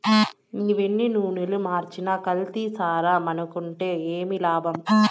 నీవెన్ని నూనలు మార్చినా కల్తీసారా మానుకుంటే ఏమి లాభంలా